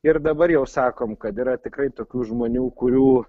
ir dabar jau sakom kad yra tikrai tokių žmonių kurių